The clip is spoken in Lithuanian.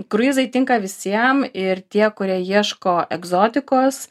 kruizai tinka visiem ir tie kurie ieško egzotikos